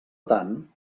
tant